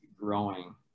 growing